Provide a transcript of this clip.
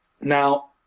Now